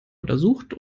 untersucht